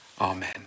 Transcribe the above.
amen